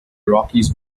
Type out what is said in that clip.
rockies